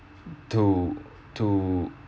to to